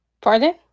Pardon